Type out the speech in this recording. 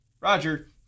Roger